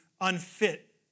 unfit